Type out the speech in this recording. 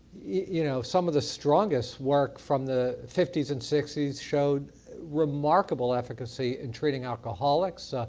you know some of the strongest work from the fifty s and sixty s showed remarkable efficacy in treating alcoholics,